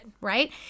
right